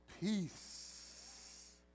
peace